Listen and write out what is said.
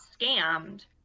scammed